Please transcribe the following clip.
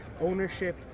ownership